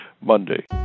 MONDAY